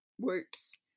whoops